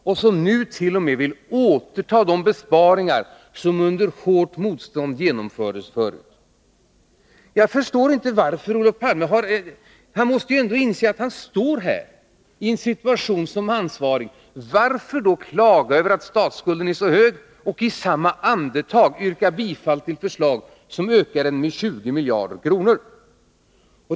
Och nu vill nit.o.m. återta de besparingar som under hårt motstånd genomfördes förut. Jag förstår inte varför Olof Palme klagar över att statsskulden är så hög — han måste ju inse att han står som ansvarig — och i samma andetag yrkar bifall till förslag som ökar denna med 20 miljarder kronor.